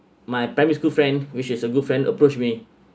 my primary school friend which is a good friend approached me